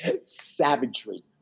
savagery